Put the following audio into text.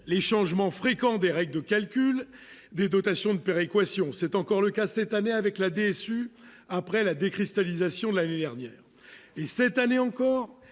les changements fréquents des règles de calcul des dotations de péréquation c'est encore le cas cette année avec la DSU après la décristallisation de l'année dernière et cette année encore,